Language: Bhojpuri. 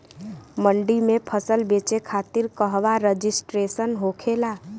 मंडी में फसल बेचे खातिर कहवा रजिस्ट्रेशन होखेला?